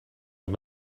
van